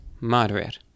moderate